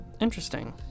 Interesting